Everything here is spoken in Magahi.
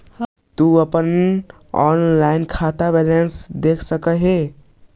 तु ऑनलाइन भी अपन एफ.डी खाता के बैलेंस देख सकऽ हे